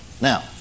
Now